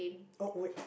oh wait